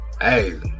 hey